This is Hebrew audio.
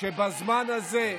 שבזמן הזה,